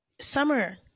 summer